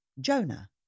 Jonah